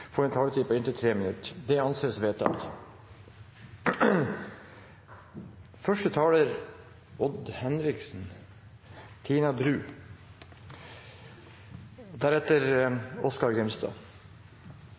får en taletid på inntil 3 minutter. – Det anses vedtatt. Første taler er Tina Bru for Odd Henriksen,